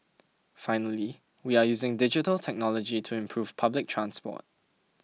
finally we are using digital technology to improve public transport